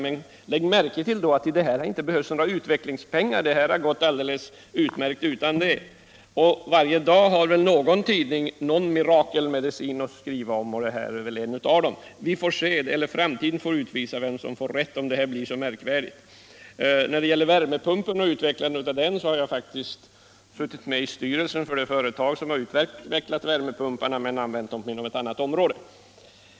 Men lägg märke till att det inte behövts några utvecklingspengar till detta, det har gått alldeles utmärkt ändå. Varje dag har någon tidning någon mirakelmedicin att skriva om, och detta är väl en av dem. Framtiden får utvisa vem som har rätt och om detta blir så märkvärdigt. När det gäller värmepumpen och utvecklandet av den har jag faktiskt suttit med i styrelsen för det företag som utvecklat den, men man har använt den inom ett annat område.